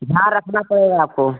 ध्यान रखना पड़ेगा आपको